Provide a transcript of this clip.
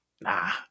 Nah